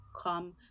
Come